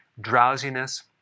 drowsiness